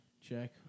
check